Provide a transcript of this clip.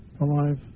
alive